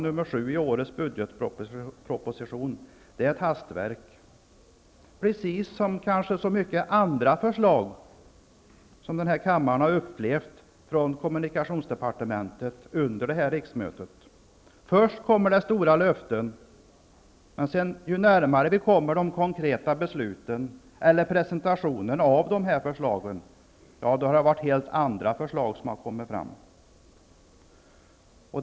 7 till årets budgetproposition är ett hastverk precis som så många andra förslag som denna kammare fått från kommunikationsdepartementet under detta riksmöte. Först kommer stora löften, men när vi närmar oss de konkreta besluten eller presentationen av förslagen, läggs helt andra förslag fram.